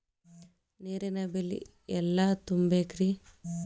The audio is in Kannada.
ನೇರಿನ ಬಿಲ್ ಎಲ್ಲ ತುಂಬೇಕ್ರಿ?